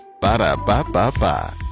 Ba-da-ba-ba-ba